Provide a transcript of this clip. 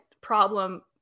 problem